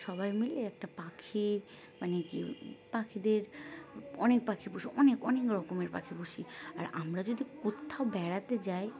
সবাই মিলে একটা পাখি মানে কি পাখিদের অনেক পাখি পশু অনেক অনেক রকমের পাখি পুষি আর আমরা যদি কোথাও বেড়াতে যাই